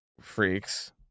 freaks